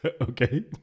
Okay